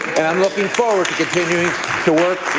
i'm looking forward to continuing to work